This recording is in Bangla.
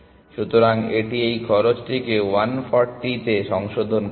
সুতরাং এটি এই খরচটিকে 140 এ সংশোধন করবে